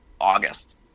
August